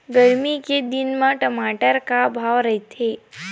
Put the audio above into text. गरमी के दिन म टमाटर का भाव रहिथे?